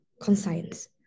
Conscience